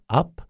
up